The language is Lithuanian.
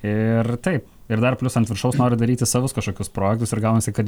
ir taip ir dar plius ant viršaus nori daryti savus kažkokius projektus ir gaunasi kad